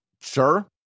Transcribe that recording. Sure